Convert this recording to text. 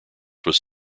was